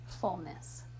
fullness